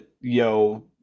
yo